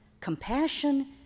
compassion